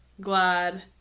glad